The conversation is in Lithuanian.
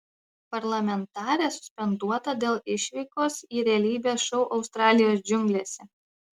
parlamentarė suspenduota dėl išvykos į realybės šou australijos džiunglėse